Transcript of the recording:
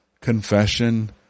confession